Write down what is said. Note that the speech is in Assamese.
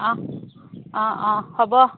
অঁ অঁ অঁ হ'ব